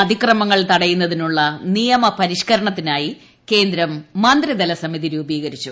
അതിക്രമങ്ങൾ തടയുന്നതിനുള്ള നിയമപരിഷ്ക്കരണത്തിനായി ക്യേന്ദ്രം മന്ത്രിതല സമിതി രൂപീകരിച്ചു